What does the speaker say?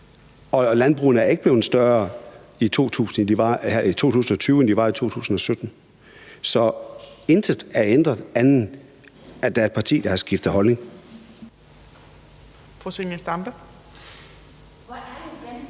og landbrugene er ikke blevet større her i 2020, end de var i 2017. Så intet er ændret, andet end at der er et parti, der har skiftet holdning. Kl. 18:58 Fjerde